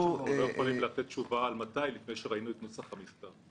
אנחנו לא יכולים לתת תשובה על מתי לפני שראינו את נוסח המכתב.